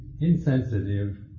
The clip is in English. Insensitive